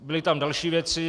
Byly tam další věci.